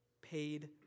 paid